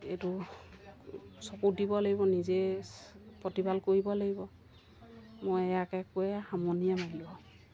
এইটো চকু দিব লাগিব নিজেই প্ৰতিপাল কৰিব লাগিব মই ইয়াকে কৈয়ে সামৰণিয়ে মাৰিলোঁ আৰু